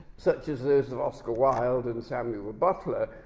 such as those of oscar wilde and samuel butler,